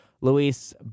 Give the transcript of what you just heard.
Luis